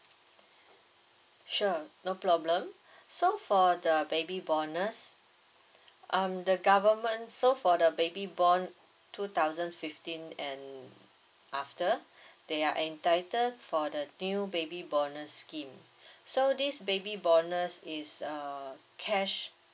sure no problem so for the baby bonus um the government so for the baby born two thousand fifteen and after they are entitled for the new baby bonus scheme so this baby bonus is uh cash